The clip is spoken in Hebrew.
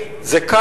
זה ניתן לביצוע,